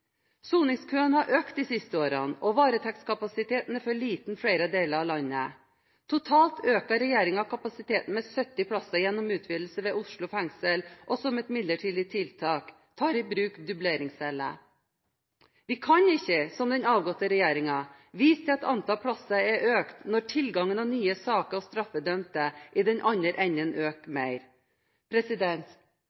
har økt de siste årene, og varetektskapasiteten er for liten i flere deler av landet. Totalt øker regjeringen kapasiteten med 70 plasser gjennom utvidelser ved Oslo fengsel og tar, som et midlertidig tiltak, i bruk dubleringsceller. Vi kan ikke, som den avgåtte regjeringen, vise til at antall plasser er økt, når tilgangen av nye saker og straffedømte i den andre enden øker